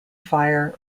fire